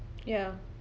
ya